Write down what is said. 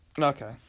Okay